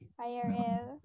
IRL